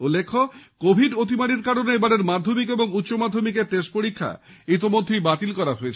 উল্লেখ্য কোভিড অতিমারীর কারনে এবারের মাধ্যমিক ও উচ্চ মাধ্যমিকের টেস্ট পরীক্ষা ইতমধ্যেই বাতিল করা হয়েছে